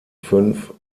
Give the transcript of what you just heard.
fünf